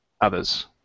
others